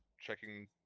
checking